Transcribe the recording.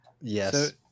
yes